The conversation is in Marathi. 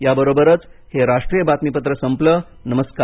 या बरोबरच हे राष्ट्रीय बातमीपत्र संपलं नमस्कार